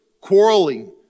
quarreling